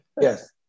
Yes